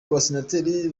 abasenateri